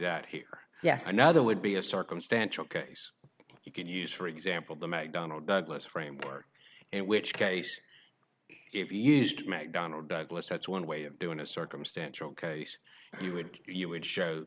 that here yes another would be a circumstantial case you can use for example the mag donald douglas framework it which case if you used mcdonnell douglas that's one way of doing a circumstantial case you would you would show